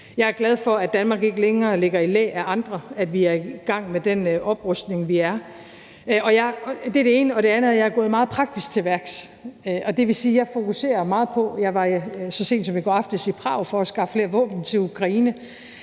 Jeg er glad for, at Danmark ikke længere ligger i læ af andre, og at vi er i gang med den oprustning, vi er. Det er det ene. Det andet er, at jeg er gået meget praktisk til værks. Jeg var så sent som i går aftes i Prag for at skaffe flere våben til Ukraine.